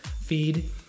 feed